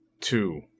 two